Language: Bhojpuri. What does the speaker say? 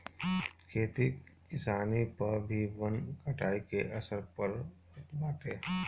खेती किसानी पअ भी वन कटाई के असर पड़त बाटे